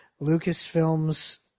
Lucasfilms